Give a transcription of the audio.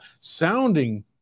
sounding